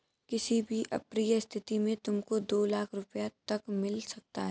किसी भी अप्रिय स्थिति में तुमको दो लाख़ रूपया तक मिल सकता है